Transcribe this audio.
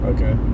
Okay